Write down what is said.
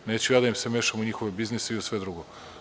Neću ja da im se mešam u njihove biznise i sve drugo.